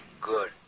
Good